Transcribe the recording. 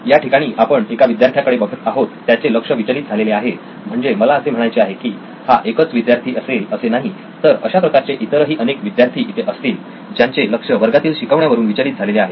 या ठिकाणी आपण एका विद्यार्थ्याकडे बघत आहोत त्याचे लक्ष विचलित झालेले आहे म्हणजे मला असे म्हणायचे आहे की हा एकच विद्यार्थी असेल असे नाही तर अशा प्रकारचे इतरही अनेक विद्यार्थी इथे असतील ज्यांचे लक्ष वर्गातील शिकवण्यावरून विचलित झालेले आहे